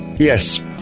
Yes